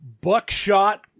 buckshot